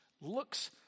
looks